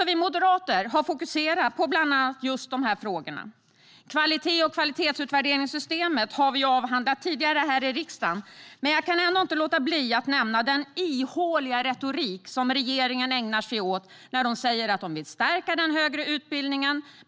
Vi moderater har fokuserat på bland annat de frågorna. Kvalitet och kvalitetsutvärderingssystemet har vi avhandlat här i riksdagen tidigare. Men jag kan inte låta bli att nämna den ihåliga retorik som regeringen ägnar sig åt. Man säger sig vilja stärka den högre utbildningen.